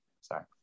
Sorry